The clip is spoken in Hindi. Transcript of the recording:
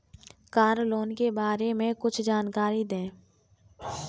कार लोन के बारे में कुछ जानकारी दें?